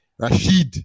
Rashid